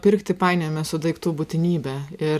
pirkti painiojame su daiktų būtinybe ir